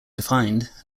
defined